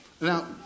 now